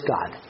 God